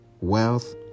wealth